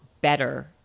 better